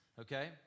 okay